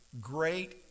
great